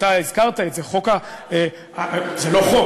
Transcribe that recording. אתה הזכרת את זה, זה לא חוק.